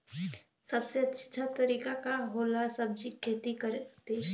सबसे अच्छा तरीका का होला सब्जी के खेती खातिर?